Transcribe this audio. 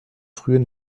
frühen